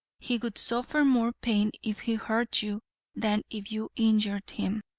he would suffer more pain if he hurt you than if you injured him.